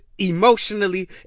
Emotionally